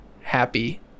happy